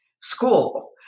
school